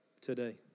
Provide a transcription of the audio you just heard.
today